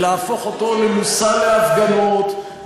ולהפוך אותו מושא להפגנות,